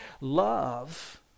Love